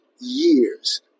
years